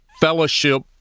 fellowship